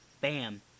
bam